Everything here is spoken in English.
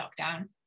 lockdown